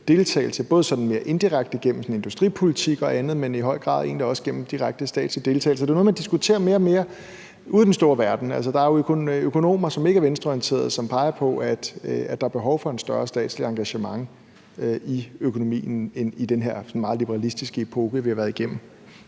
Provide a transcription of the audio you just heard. sådan indirekte gennem industripolitik og andet, men i høj grad egentlig også gennem direkte statslig deltagelse. Det er jo noget, man diskuterer mere og mere ude i den store verden. Der er jo økonomer, som ikke er venstreorienterede, og som peger på, at der er behov for et større statsligt engagement i økonomien, end man har set i den her meget liberalistiske epoke, vi været igennem.